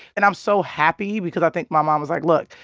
and i'm so happy because i think my mom was like, look,